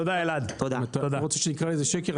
אתה רוצה שאני לא אקרא לזה שקר?